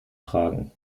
tragen